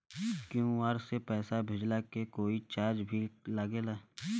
QR से पैसा भेजला के कोई चार्ज भी लागेला?